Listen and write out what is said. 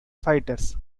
fighters